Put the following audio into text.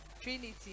Trinity